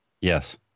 Yes